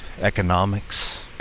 economics